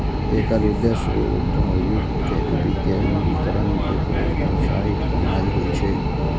एकर उद्देश्य उद्योगक विकेंद्रीकरण कें प्रोत्साहित करनाय होइ छै